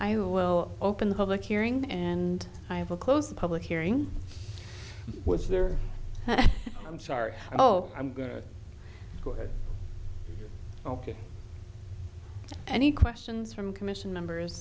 i will open the public hearing and i have a closed public hearing was there i'm sorry oh i'm going to put ok any questions from commission members